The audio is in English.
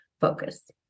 focus